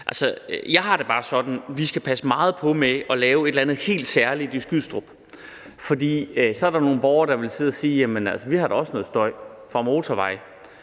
jeg har det bare sådan, at vi skal passe meget på med at lave et eller andet helt særligt i Skrydstrup, for så er der nogle borgere, der vil sidde og sige, at de da også har noget støj fra en motorvej,